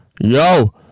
yo